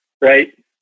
Right